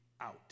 out